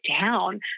down